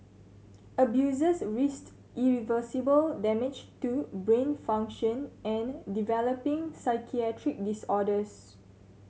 abusers risked irreversible damage to brain function and developing psychiatric disorders